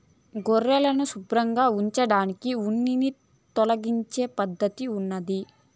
గొర్రెలను శుభ్రంగా ఉంచడానికి ఉన్నిని తొలగించే పద్ధతి ఉన్నాది